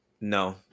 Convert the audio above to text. No